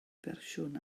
fersiwn